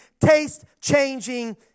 taste-changing